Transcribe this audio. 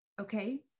okay